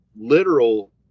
literal